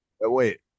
wait